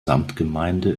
samtgemeinde